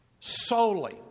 Solely